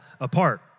apart